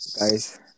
Guys